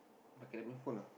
pakai dia punya phone ah